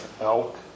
elk